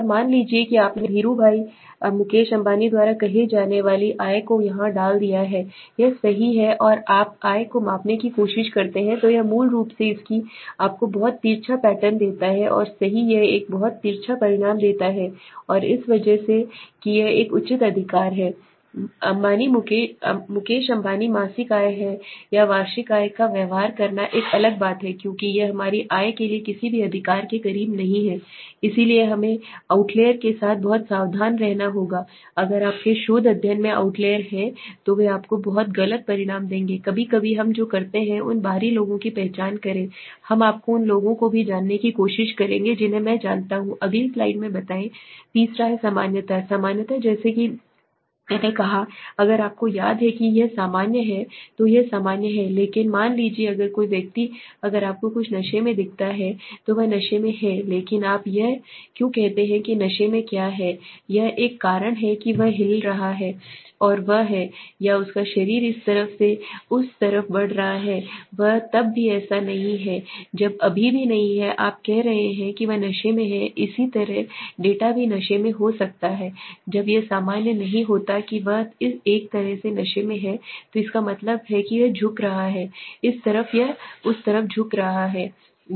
और मान लीजिए कि आपने धीरु भाई मुकेश अंबानी द्वारा कहे जाने वाली आय को वहां डाल दिया यह सही है और आप आय को मापने की कोशिश करते हैं तो यह मूल रूप से इसकी आपको बहुत तिरछा पैटर्न देता है सही यह एक बहुत तिरछा परिणाम देता है और इस वजह से कि यह एक उचित अधिकार है अम्बानी मुकेश अम्बानी मासिक आय है या वार्षिक आय का व्यवहार करना एक अलग बात है क्योंकि यह हमारी आय के किसी भी अधिकार के करीब नहीं है इसलिए हमें आउटलेयर के साथ बहुत सावधान रहना होगा अगर आपके शोध अध्ययन में आउटलेयर हैं तो वे आपको बहुत गलत परिणाम देंगे कभी कभी हम जो करते हैं उन बाहरी लोगों की पहचान करें हम आपको उन लोगों को भी जानने की कोशिश करेंगे जिन्हें मैं जानता हूं अगली स्लाइड में बताएं तीसरा है सामान्यता सामान्यता जैसा कि मैंने कहा अगर आपको याद है कि यह सामान्य है तो यह सामान्य है लेकिन मान लीजिए अगर कोई व्यक्ति अगर आपको कुछ नशे में दिखता है तो वह नशे में है लेकिन आप यह क्यों कहते हैं कि नशे में क्या है एक कारण है कि वह हिला रहा है कि वह है या उसका शरीर इस तरफ से उस तरफ बढ़ रहा है वह तब भी ऐसा नहीं है जब अभी भी नहीं है आप कह रहे हैं कि वह नशे में है इसी तरह डेटा भी नशे में हो सकता है जब यह सामान्य नहीं होता है कि वह एक तरह से नशे में है तो इसका मतलब है कि वह या तो झुक रहा है इस तरफ या इस तरफ झुक रहा है